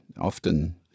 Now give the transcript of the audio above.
often